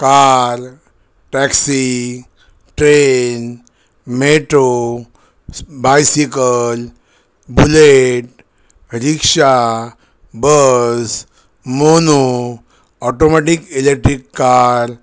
car taxi train metro bicycle bullet rickshaw bus mono automatic electric car